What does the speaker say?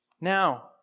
Now